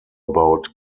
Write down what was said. about